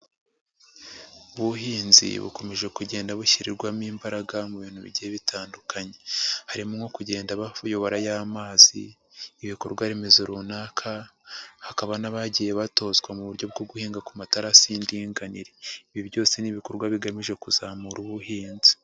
Ubuhinzi bukomeje kugenda bushyirirwamo imbaraga mu bintu bigiye bitandukanye harimo nko kugenda bayoborayo mazi, ibikorwaremezo runaka, hakaba n'abagiye batozwa mu buryo bwo guhinga ku matarasi y'indinganire, ibi byose ni ibikorwa bigamije kuzamura ubuhinzi.